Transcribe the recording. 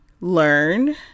learn